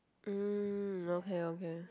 mm okay okay